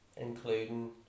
including